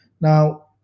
Now